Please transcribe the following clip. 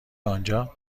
آنجا